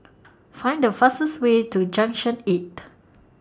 Find The fastest Way to Junction eight